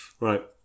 Right